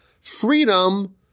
freedom